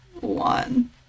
one